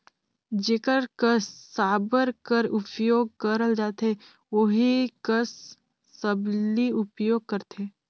जेकर कस साबर कर उपियोग करल जाथे ओही कस सबली उपियोग करथे